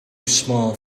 small